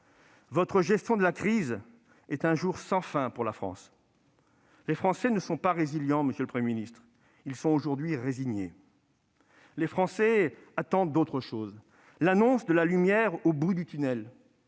Votre gestion de la crise est un jour sans fin pour la France. Les Français ne sont pas résilients, monsieur le Premier ministre : aujourd'hui, ils sont résignés. Ils attendent autre chose. L'annonce de la lumière au bout du tunnel,